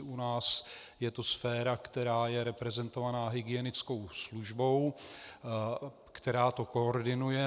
U nás je to sféra, která je reprezentovaná hygienickou službou, která to koordinuje.